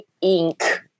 ink